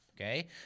Okay